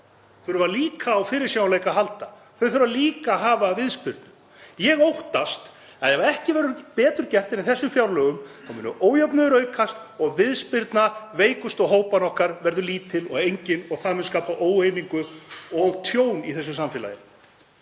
börn þurfa líka á fyrirsjáanleika að halda. Þau þurfa líka að hafa viðspyrnu. Ég óttast að ef ekki verður betur gert í þessum fjárlögum muni ójöfnuður aukast og viðspyrna veikustu hópa okkar verða lítil sem engin og það mun skapa óeiningu og tjón í þessu samfélagi.